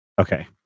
Okay